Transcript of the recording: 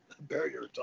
barrier